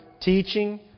teaching